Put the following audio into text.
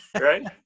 right